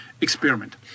experiment